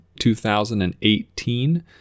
2018